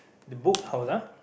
the book holder